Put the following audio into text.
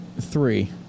three